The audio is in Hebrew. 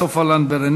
סופה לנדבר,